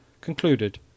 concluded